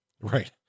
right